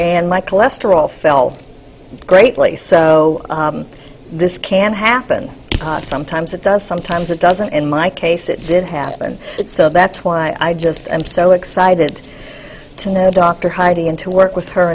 and my cholesterol felt greatly so this can happen sometimes it does sometimes it doesn't in my case it did happen so that's why i just i'm so excited to know dr heidi and to work with her